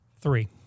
Three